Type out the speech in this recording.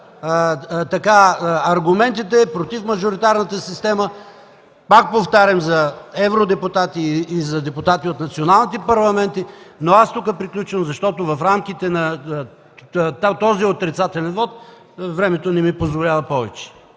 са аргументите „против” мажоритарната система, пак повтарям, за евродепутати и за депутати от националните парламенти, но аз тук приключвам, защото в рамките на този отрицателен вот времето не ми позволява повече.